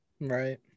Right